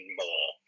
more